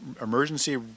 emergency